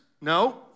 No